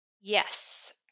Yes